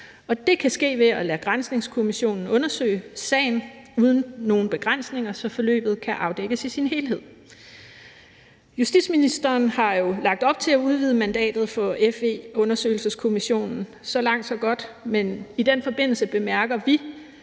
det kan ske ved at lade Granskningskommissionen undersøge sagen uden nogen begrænsninger, så forløbet kan afdækkes i sin helhed. Justitsministeren har jo lagt op til at udvide mandatet for FE-undersøgelseskommissionen. Så langt, så godt. Men i den forbindelse bemærker vi,